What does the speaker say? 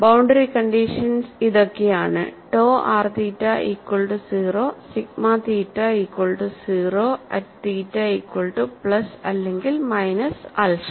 boundary conditions ഇതൊക്കെ and r theta equal to 0 sigma theta equal to 0 at theta equal to plus അല്ലെങ്കിൽ minus alpha